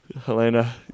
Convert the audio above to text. Helena